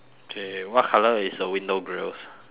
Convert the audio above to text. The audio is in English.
K what colour is the window grills